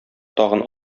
тагын